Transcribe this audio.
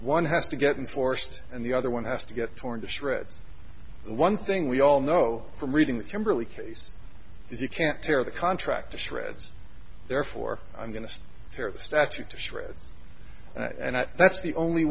one has to get unforced and the other one has to get torn to shreds the one thing we all know from reading the kimberly case is you can't tear the contract to shreds therefore i'm going to tear the statue to shreds and i thought that's the only